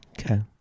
Okay